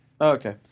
Okay